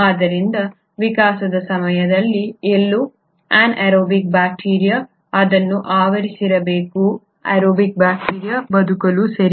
ಆದ್ದರಿಂದ ವಿಕಾಸದ ಸಮಯದಲ್ಲಿ ಎಲ್ಲೋ ಅನೈರೋಬಿಕ್ ಬ್ಯಾಕ್ಟೀರಿಯಾವು ಇದನ್ನು ಆವರಿಸಿರಬೇಕು ಏರೋಬಿಕ್ ಬ್ಯಾಕ್ಟೀರಿಯಾ ಬದುಕಲು ಸರಿ